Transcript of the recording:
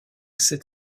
sept